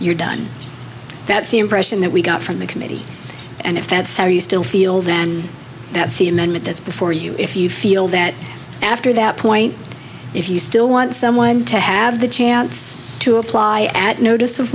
you're done that's the impression that we got from the committee and if that's how you still feel then that's the amendment that's before you if you feel that after that point if you still want someone to have the chance to apply at notice